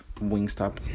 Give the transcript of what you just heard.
Wingstop